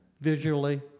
visually